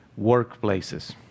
workplaces